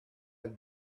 had